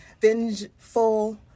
vengeful